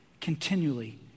Continually